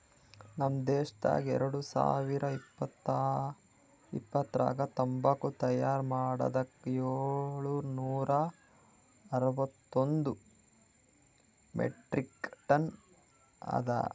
ನಮ್ ದೇಶದಾಗ್ ಎರಡು ಸಾವಿರ ಇಪ್ಪತ್ತರಾಗ ತಂಬಾಕು ತೈಯಾರ್ ಮಾಡದ್ ಏಳು ನೂರಾ ಅರವತ್ತೊಂದು ಮೆಟ್ರಿಕ್ ಟನ್ಸ್ ಅದಾ